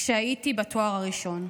כשהייתי בתואר הראשון.